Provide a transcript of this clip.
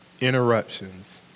interruptions